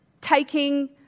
taking